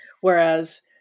whereas